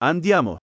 Andiamo